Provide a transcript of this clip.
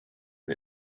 and